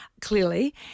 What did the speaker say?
clearly